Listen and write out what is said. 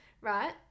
right